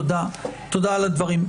תודה על הדברים.